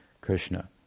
Krishna